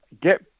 get